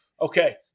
okay